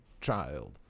child